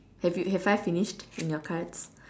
have you have I finished in your cards